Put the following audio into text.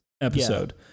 episode